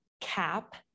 cap